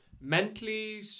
mentally